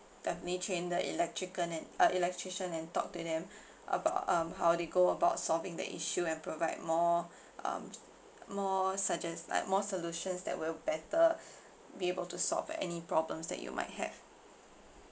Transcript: definitely train the electrical and uh electrician and talk to them about um how they go about solving the issue and provide more um more suggest~ like more solutions that will better be able to solve uh any problems that you might have